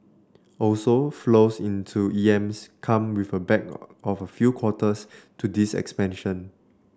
also flows into E M S come with a lag of a few quarters to this expansion